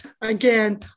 again